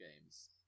games